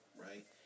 right